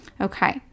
Okay